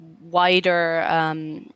wider